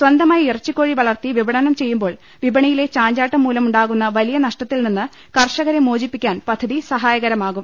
സ്വന്തമായി ഇറച്ചി ക്കോഴി വളർത്തി വിപണനം ചെയ്യുമ്പോൾ വിപണി യിലെ ചാഞ്ചാട്ടം മൂലമുണ്ടാകാവുന്ന വലിയ നഷ്ട ത്തിൽ നിന്ന് കർഷകരെ മോചിപ്പിക്കാൻ പദ്ധതി സഹായകരമാകും